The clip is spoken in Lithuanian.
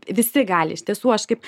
visi gali iš tiesų aš kaip